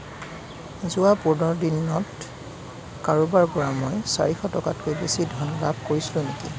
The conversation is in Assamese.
যোৱা পোন্ধৰ দিনত কাৰোবাৰ পৰা মই চাৰিশ টকাতকৈ বেছি ধন লাভ কৰিছিলোঁ নেকি